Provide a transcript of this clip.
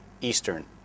Eastern